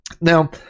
Now